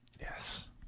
Yes